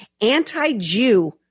anti-Jew